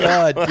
God